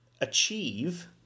achieve